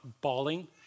bawling